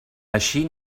així